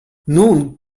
nun